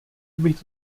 abych